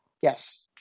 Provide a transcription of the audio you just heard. Yes